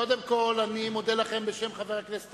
קודם כול אני מודה לכם בשם חבר הכנסת